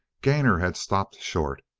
gainor had stopped short.